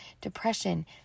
Depression